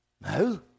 No